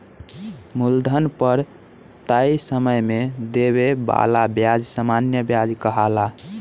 मूलधन पर तय समय में देवे वाला ब्याज सामान्य व्याज कहाला